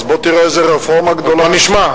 אז בוא תראה איזה רפורמה גדולה, אז בוא נשמע.